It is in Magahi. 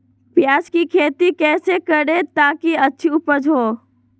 प्याज की खेती कैसे करें ताकि अच्छी उपज हो?